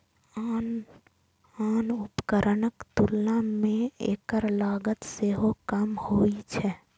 आन उपकरणक तुलना मे एकर लागत सेहो कम होइ छै